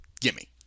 gimme